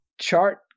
chart